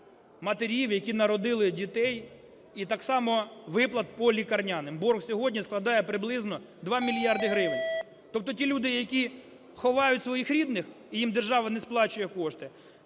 матерів, які народили дітей, і так само виплат по лікарняним. Борг сьогодні складає приблизно 2 мільярди гривень. Тобто ті люди, які ховають своїх рідних і їм держава не сплачує кошти;